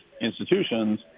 institutions